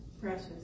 precious